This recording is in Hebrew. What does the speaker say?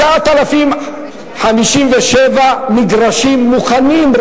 9,057 מגרשים מוכנים,